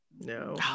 No